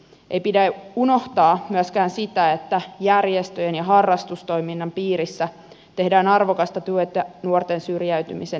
ei pidä unohtaa myöskään sitä että järjestöjen ja harrastustoiminnan piirissä tehdään arvokasta työtä nuorten syrjäytymisen ehkäisemiseksi